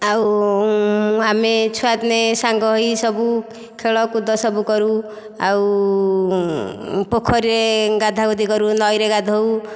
ଆଉ ଆମେ ଛୁଆଦିନେ ସାଙ୍ଗ ହୋଇ ସବୁ ଖେଳକୁଦ ସବୁ କରୁ ଆଉ ପୋଖରୀରେ ଗାଧାଗୁଧୀ କରୁ ନଈରେ ଗାଧୋଉ